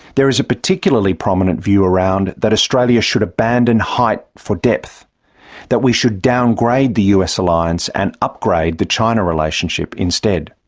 there is a particularly prominent view around that australia should abandon height for depth that we should downgrade the us alliance and upgrade the china relationship instead.